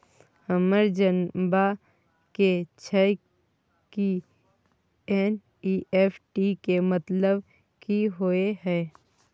हमरा जनबा के छै की एन.ई.एफ.टी के मतलब की होए है?